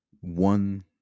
one